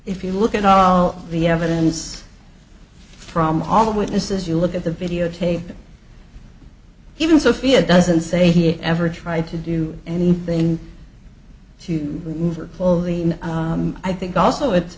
if you look at all the evidence from all the witnesses you look at the videotape even sophia doesn't say he ever tried to do anything to remove her clothing i think also it